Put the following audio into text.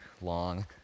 long